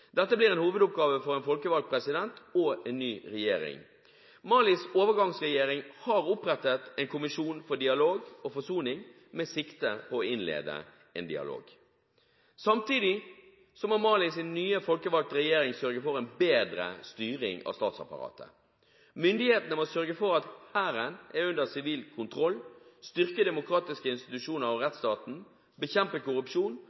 Dette blir en hovedoppgave for en folkevalgt president og en ny regjering. Malis overgangsregjering har opprettet en kommisjon for dialog og forsoning med sikte på å innlede en dialog. Samtidig må Malis nye, folkevalgte regjering sørge for en bedre styring av statsapparatet. Myndighetene må sørge for at hæren er under sivil kontroll, styrke demokratiske institusjoner og